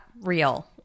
real